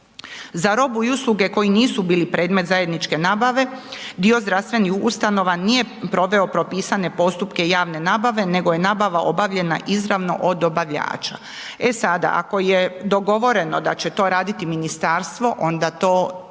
Za robu i usluge koji nisu bili predmet zajedničke nabave dio zdravstvenih ustanova nije proveo propisane postupke javne nabave, nego je nabava obavljena izravno od dobavljača. E sada, ako je dogovoreno da će to raditi ministarstvo, onda to